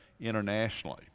internationally